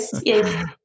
yes